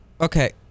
okay